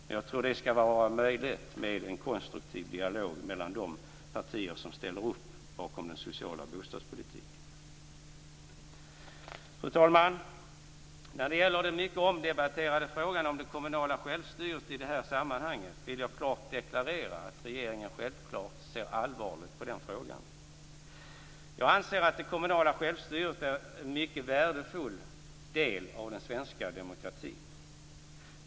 Men jag tror att detta skall vara möjligt genom en konstruktiv dialog mellan de partier som ställer sig bakom den sociala bostadspolitiken. Fru talman! När det gäller den mycket omdebatterade frågan om det kommunala självstyret i det här sammanhanget vill jag klart deklarera att regeringen självfallet ser allvarligt på den frågan. Jag anser att det kommunala självstyret är en mycket värdefull del av den svenska demokratin.